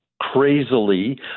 crazily